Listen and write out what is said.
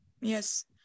Yes